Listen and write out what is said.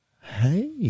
Hey